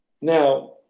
now